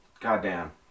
Goddamn